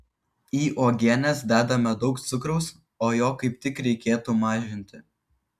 į uogienes dedame daug cukraus o jo kaip tik reikėtų mažinti